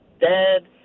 dead